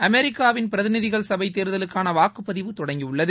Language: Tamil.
அமெரிக்காவின் பிரதிநிதிகள் சபை தேர்தலுக்கான வாக்குப்பதிவு தொடங்கியுள்ளது